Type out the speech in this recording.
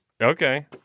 okay